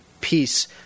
peace